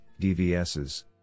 DVSs